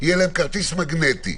יהיה להם כרטיס מגנטי.